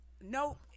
no